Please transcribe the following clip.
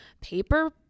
paper